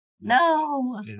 No